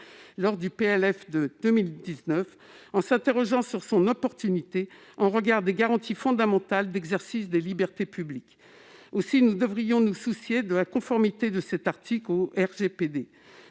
loi de finances de 2019, en s'interrogeant sur son opportunité au regard des garanties fondamentales d'exercice des libertés publiques. Aussi, nous devrions nous soucier de la conformité de cet article au RGPD.